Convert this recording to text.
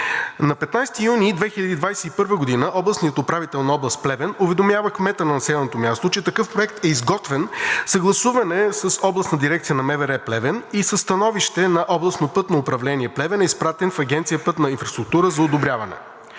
На 15 юни 2021 г. областният управител на област Плевен уведомява кмета на населеното място, че такъв проект е изготвен, съгласуван е с Областна дирекция на МВР – Плевен, и със становище на Областно пътно управление – Плевен, е изпратен в Агенция „Пътна инфраструктура“ за одобряване.